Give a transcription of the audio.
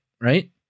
right